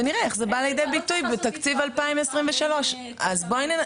ונראה איך זה בא לידי ביטוי בתקציב 2023. אין סיבה,